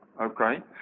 Okay